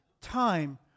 time